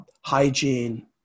hygiene